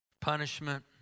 Punishment